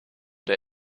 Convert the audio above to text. der